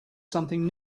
something